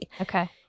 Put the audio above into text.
Okay